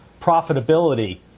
profitability